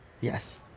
Yes